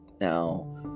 now